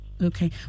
Okay